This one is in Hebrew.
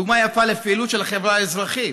דוגמה יפה לפעילות של החברה האזרחית,